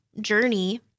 journey